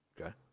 Okay